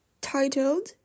titled